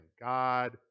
God